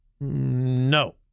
No